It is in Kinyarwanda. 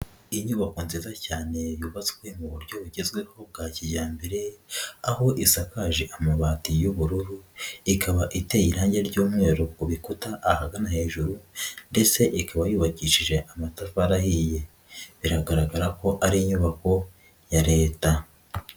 Iyi nyubako nziza cyane yubatswe mu buryo bugezweho bwa kijyambere, aho isakaje amabati y'ubururu, ikaba iteye irangi ry'umweru ku bikuta ahagana hejuru ndetse ikaba yubakishije amatafari ahiye, biragaragara ko ari inyubako ya Leta.